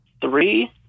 three